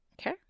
Okay